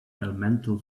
elemental